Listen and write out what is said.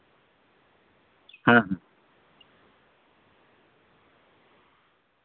ᱦᱮᱸ ᱦᱮᱸ